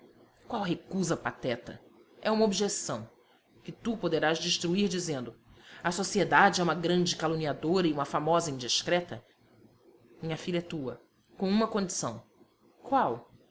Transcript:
qual recusa pateta é uma objeção que tu poderás destruir dizendo a sociedade é uma grande caluniadora e uma famosa indiscreta minha filha é tua com uma condição qual